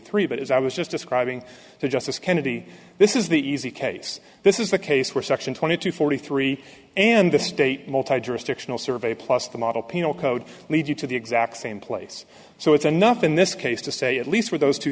three but as i was just describing to justice kennedy this is the easy case this is the case where section twenty two forty three and the state multi directional survey plus the model penal code lead you to the exact same place so it's enough in this case to say at least with those two